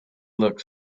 looked